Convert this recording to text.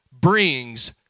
brings